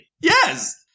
Yes